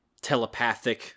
telepathic